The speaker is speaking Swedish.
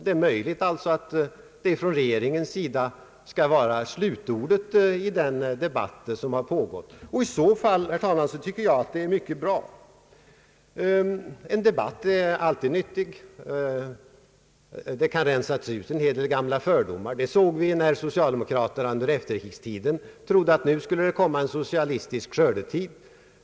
Det är alltså möjligt att detta från regeringens sida skall vara slutordet i den debatt som har pågått. I så fall, herr talman, tycker jag att det är mycket bra. En debatt är alltid nyttig. Den kan rensa ut en hel del gamla fördomar. Det såg vi när socialdemokraterna under efterkrigstiden trodde att nu skulle det komma en socialistisk skördetid.